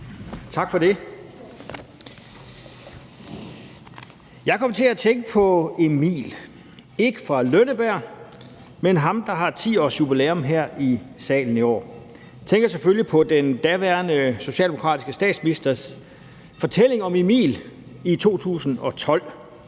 Tak for det. Jeg kom til at tænke på Emil, ikke fra Lønneberg, men ham, der har 10-årsjubilæum her i salen i år, og jeg tænker selvfølgelig på den daværende socialdemokratiske statsministers fortælling om Emil i 2012.